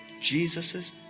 Jesus